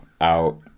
out